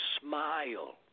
smile